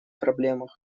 проблемах